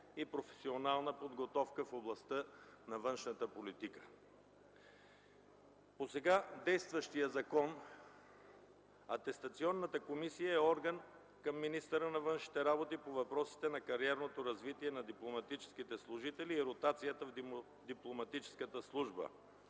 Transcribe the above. и професионална подготовка в областта на външната политика. По сега действащият закон Атестационната комисия е орган към министъра на външните работи по въпросите на кариерното развитие на дипломатическите служители и ротацията в Дипломатическата служба.